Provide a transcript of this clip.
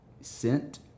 sent